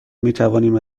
میتوانیم